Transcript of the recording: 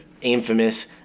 infamous